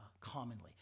commonly